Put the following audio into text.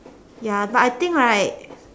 ya but I think right